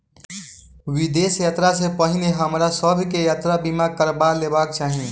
विदेश यात्रा सॅ पहिने हमरा सभ के यात्रा बीमा करबा लेबाक चाही